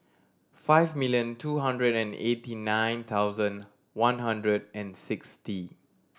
five million two hundred and eighty nine thousand one hundred and sixty